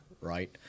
right